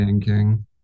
King